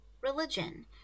religion